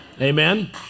Amen